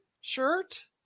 shirt